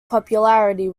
popularity